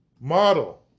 model